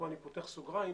כאן אני פותח סוגריים,